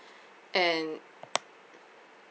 and